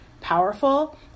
powerful